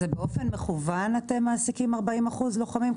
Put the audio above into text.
באופן מכוון אתם מעסיקים 40% לוחמים?